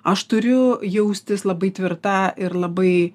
aš turiu jaustis labai tvirta ir labai